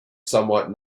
somewhat